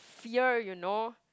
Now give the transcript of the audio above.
year you know